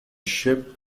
ship